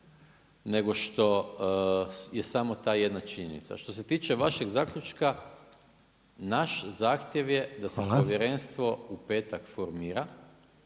nego što je samo ta jedna činjenica. Što se tiče vašeg zaključka, naš zahtjev je da se povjerenstvo u petak formira